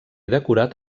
decorat